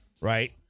right